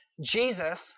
Jesus